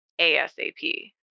ASAP